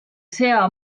sea